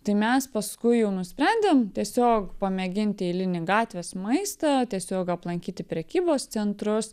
tai mes paskui jau nusprendėm tiesiog pamėginti eilinį gatvės maistą tiesiog aplankyti prekybos centrus